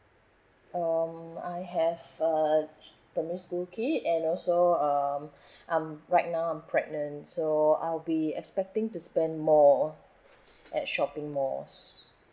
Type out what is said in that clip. um I have a primary school kid and also um I'm right now I'm pregnant so I'll be expecting to spend more at shopping malls